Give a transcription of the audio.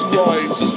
right